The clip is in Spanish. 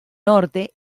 norte